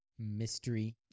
mystery